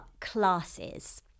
classes